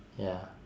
ya